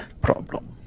problem